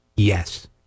Yes